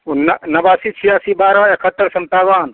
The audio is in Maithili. ओ नबासी छिआसी बारह एकहत्तर संताबन